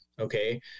Okay